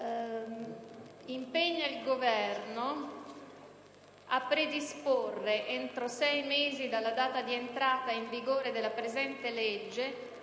trattamento, impegna il Governo a predisporre, entro sei mesi dalla data di entrata in vigore della presente legge,